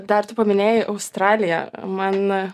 dar tu paminėjai australija man